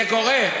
זה קורה.